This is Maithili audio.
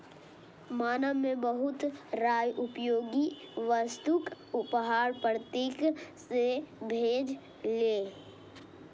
मानव कें बहुत रास उपयोगी वस्तुक उपहार प्रकृति सं भेटलैए